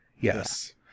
Yes